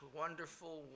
wonderful